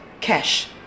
cash